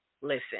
listen